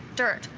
dirt,